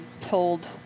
told